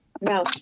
No